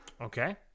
Okay